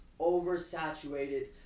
oversaturated